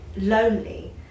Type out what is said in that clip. lonely